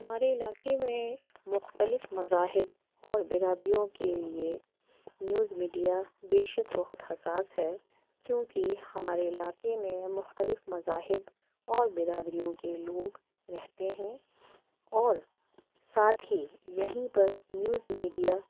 ہمارے علاقے میں مختلف مذاہب اور برادریوں کے لیے نیوز میڈیا بے شک بہت حساس ہے کیوں کہ ہمارے علاقے میں مختلف مذاہب اور برادریوں کے لوگ رہتے ہیں اور ساتھ ہی یہیں پر نیوز میڈیا